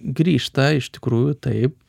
grįžta iš tikrųjų taip